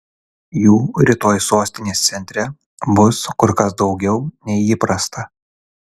jų rytoj sostinės centre bus kur kas daugiau nei įprasta